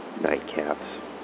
nightcaps